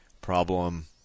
Problem